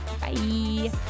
Bye